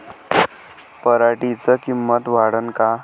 पराटीची किंमत वाढन का?